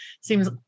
seems